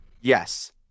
Yes